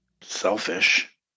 Selfish